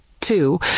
two